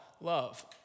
love